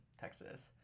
Texas